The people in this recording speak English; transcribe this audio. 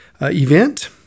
event